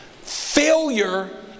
failure